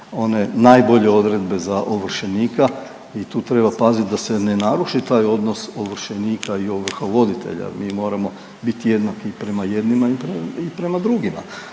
one najbolje odredbe za ovršenika i tu treba paziti da se ne naruši taj odnos ovršenika i ovrhovoditelja. Mi moramo biti jednaki i prema jednima i prema drugima.